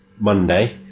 Monday